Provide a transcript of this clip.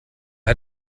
hat